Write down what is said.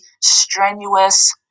strenuous